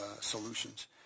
solutions